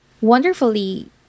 wonderfully